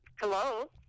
Hello